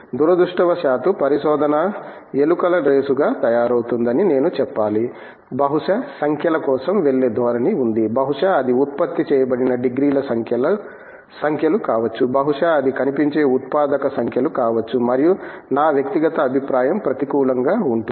దురదృష్టవశాత్తు పరిశోధన ఎలుకల రేసుగా తయారవుతోందని నేను చెప్పాలి బహుశా సంఖ్యల కోసం వెళ్ళే ధోరణి ఉంది బహుశా అది ఉత్పత్తి చేయబడిన డిగ్రీల సంఖ్యలు కావచ్చు బహుశా అది కనిపించే ఉత్పాదక సంఖ్యలు కావచ్చు మరియు నా వ్యక్తిగత అభిప్రాయం ప్రతికూలంగా ఉంటుంది